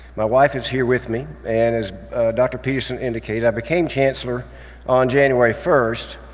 my wife is here with me, and as dr. peterson indicated i became chancellor on january first,